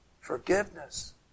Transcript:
forgiveness